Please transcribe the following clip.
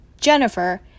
Jennifer